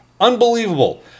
unbelievable